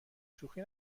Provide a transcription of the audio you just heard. شوخی